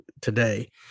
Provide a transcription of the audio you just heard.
today